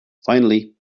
finally